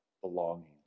belonging